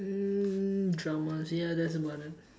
hmm dramas ya that's about it